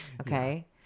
Okay